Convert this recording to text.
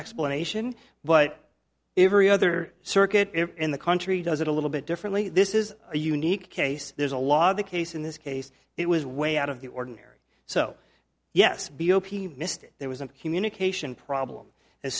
explanation but every other circuit in the country does it a little bit differently this is a unique case there's a lot of the case in this case it was way out of the ordinary so yes b o p mr there was a communication problem as